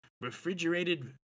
refrigerated